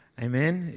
Amen